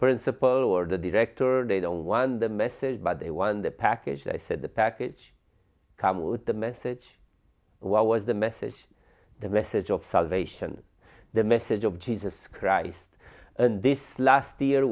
principal or the director they don't want the message by they won the package i said the package come with the message what was the message the message of salvation the message of jesus christ and this last year